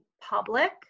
public